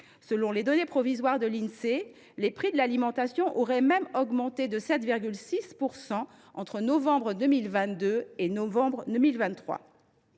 Selon les données provisoires de l’Insee, les prix de l’alimentation auraient même augmenté de 7,6 % entre novembre 2022 et novembre 2023.